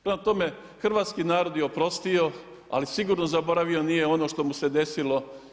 Prema tome, hrvatski narod je oprostio ali sigurno zaboravio nije ono što mu se desilo.